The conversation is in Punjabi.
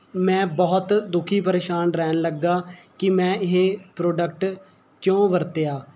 ਮੈਂ ਬਹੁਤ ਦੁਖੀ ਪਰੇਸ਼ਾਨ ਰਹਿਣ ਲੱਗਾ ਕੀ ਮੈਂ ਇਹ ਪ੍ਰੋਡਕਟ ਕਿਉਂ ਵਰਤਿਆ